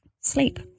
sleep